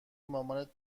مامانت